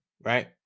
right